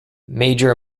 major